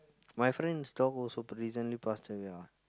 my friend's dog also recently passed away ah